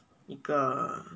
一个